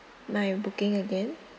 my booking again